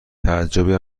تعجبی